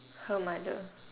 her mother